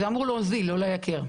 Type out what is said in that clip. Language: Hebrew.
זה אמור להוזיל ולא לייקר.